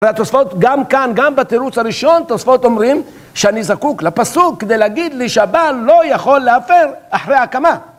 והתוספות גם כאן, גם בתירוץ הראשון, תוספות אומרים שאני זקוק לפסוק כדי להגיד לי שהבעל לא יכול להפר אחרי ההקמה